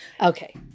Okay